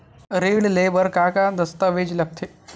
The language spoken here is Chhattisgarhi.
ऋण ले बर का का दस्तावेज लगथे?